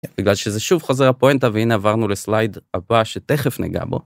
בגלל שזה שוב חוזר הפואנטה והנה עברנו לסלייד הבא שתכף ניגע בו.